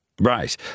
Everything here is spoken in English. Right